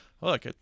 Look